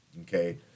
okay